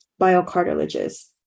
biocartilages